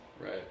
right